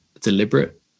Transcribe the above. deliberate